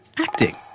acting